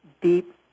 deep